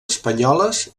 espanyoles